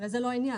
הרי זה לא העניין.